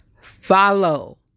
follow